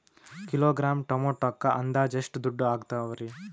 Kilogram ಟೊಮೆಟೊಕ್ಕ ಅಂದಾಜ್ ಎಷ್ಟ ದುಡ್ಡ ಅಗತವರಿ?